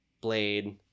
blade